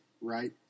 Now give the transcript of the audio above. right